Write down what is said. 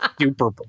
Super